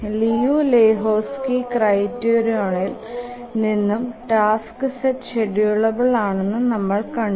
Liu Lehoczky ക്രൈറ്റീരിയോണിൽ നിന്നും liu lehoczkys criterion task set ഷ്ഡ്യൂളബിൽ ആണെന്ന് നമ്മൾ കണ്ടു